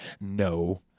No